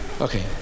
Okay